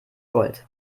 gold